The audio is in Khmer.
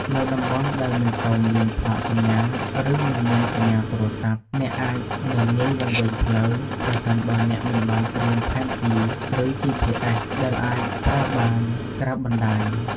នៅតំបន់ដែលមិនសូវមានផ្លាកសញ្ញា ឬមិនមានសញ្ញាទូរស័ព្ទ អ្នកអាចងាយនឹងវង្វេងផ្លូវ ប្រសិនបើអ្នកមិនបានត្រៀមផែនទី ឬ GPS ដែលអាចប្រើបានក្រៅបណ្តាញ។